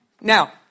Now